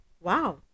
Wow